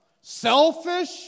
selfish